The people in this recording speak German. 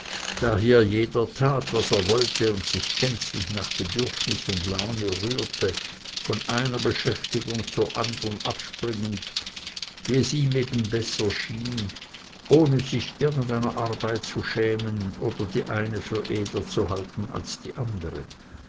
da hier jeder tat was er wollte und sich gänzlich nach bedürfnis und laune rührte von einer beschäftigung zur anderen abspringend wie es ihm eben besser schien ohne sich irgendeiner arbeit zu schämen oder die eine für edler zu halten als die andere